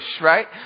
right